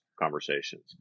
conversations